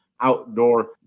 outdoor